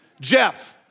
Jeff